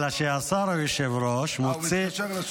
אלא שהשר, היושב-ראש -- אהה, הוא מתקשר לשוטר.